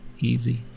Easy